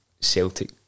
Celtic